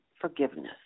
forgiveness